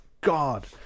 god